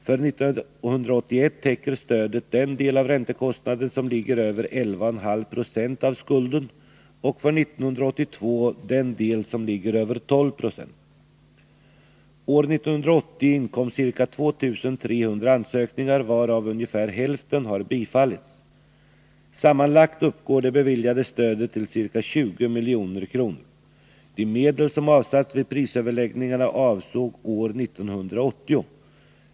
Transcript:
För 1981 täcker stödet den del av räntekostnaden som ligger över 11,5 20 av skulden och för 1982 den del som ligger över 12 Ze. År 1980 inkom ca 2 300 ansökningar, varav ungefär hälften har bifallits. Sammanlagt uppgår det beviljade stödet till ca 20 milj.kr. De medel som avsattes vid prisöverläggningarna avsåg år 1980.